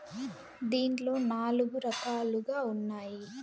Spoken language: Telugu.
దీంట్లో నాలుగు రకాలుగా ఉన్నాయి